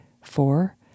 four